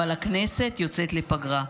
אבל הכנסת יוצאת לפגרה.